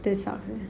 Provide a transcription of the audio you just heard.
this out